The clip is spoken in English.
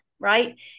right